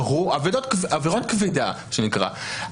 עבירה כבדה מה שנקרא,